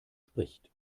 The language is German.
spricht